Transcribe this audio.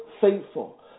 faithful